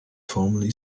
formerly